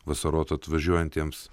vasarot atvažiuojantiems